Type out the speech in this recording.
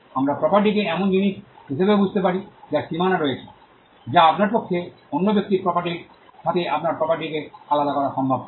আমরা প্রপার্টিটিকে এমন কিছু জিনিস হিসাবেও বুঝতে পারি যার সীমানা রয়েছে যা আপনার পক্ষে অন্য ব্যক্তির প্রপার্টির another person's property সাথে আপনার প্রপার্টিকে আলাদা করা সম্ভব করে